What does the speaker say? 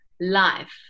life